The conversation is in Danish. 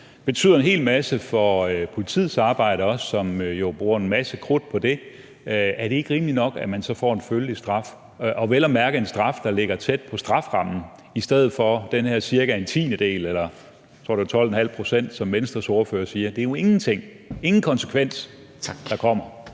også betyder en hel masse for politiets arbejde, da de jo bruger en masse krudt på det? Er det ikke rimeligt nok, at man så får en følelig straf, og vel at mærke en straf, der ligger tæt på strafferammen, i stedet for den her cirka en tiendedel, eller jeg tror, det var 12,5 pct., som Venstres ordfører sagde? Det er jo ingenting; der kommer